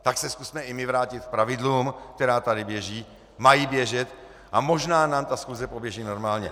Tak se zkusme i my vrátit k pravidlům, která tady běží, mají běžet, a možná nám ta schůze poběží normálně.